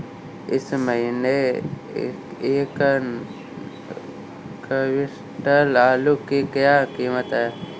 इस महीने एक क्विंटल आलू की क्या कीमत है?